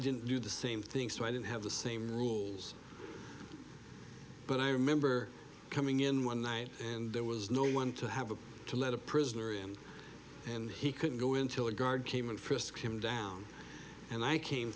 didn't do the same thing so i didn't have the same rules but i remember coming in one night and there was no one to have to let a prisoner and he couldn't go until a guard came and frisked him down and i came